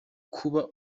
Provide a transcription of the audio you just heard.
kuba